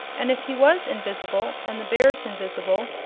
and if he was invis'ble, and the bears invis'ble,